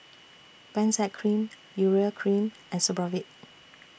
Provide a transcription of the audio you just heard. Benzac Cream Urea Cream and Supravit